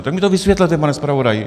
Tak mi to vysvětlete, pane zpravodaji.